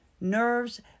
nerves